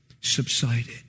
subsided